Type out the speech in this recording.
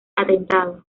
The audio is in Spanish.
atentado